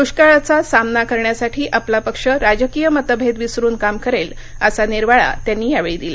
दृष्काळाचा सामना करण्यासाठी आपला पक्ष राजकीय मतभेद विसरून काम करेल असा निर्वाळा त्यांनी यावेळी दिला